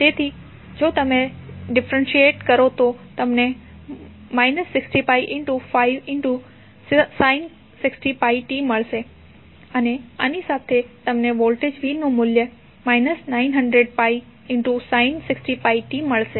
તેથી જો તમે ડિફરેન્ટિયટ કરો તો તમને 60π5 sin 60πt મળશે અને આની સાથે તમને વોલ્ટેજ v નું મૂલ્ય 900π sin 60πt મળશે